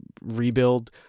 rebuild